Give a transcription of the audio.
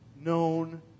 known